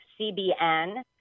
CBN